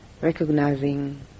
Recognizing